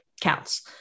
counts